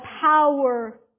power